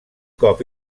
cop